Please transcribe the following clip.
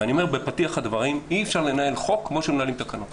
ואני אומר בפתיח הדברים שאי-אפשר לנהל חוק כמו שמנהלים תקנות.